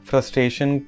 Frustration